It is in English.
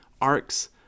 arcs